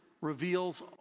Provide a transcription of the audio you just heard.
reveals